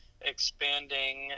expanding